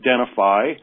identify